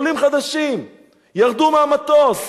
עולים חדשים ירדו מהמטוס,